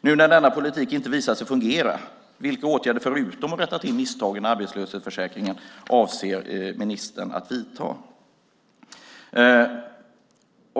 När nu denna politik inte visat sig fungera, vilka åtgärder förutom att rätta till misstagen i arbetslöshetsförsäkringen avser ministern att vidta?